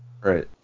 Right